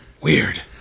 Weird